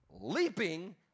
leaping